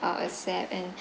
uh accept and